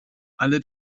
alle